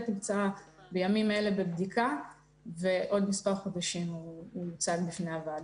נמצא בימים אלה בבדיקה ובעוד מספר חודשים הוא יוצג בפני הוועדה.